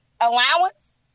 allowance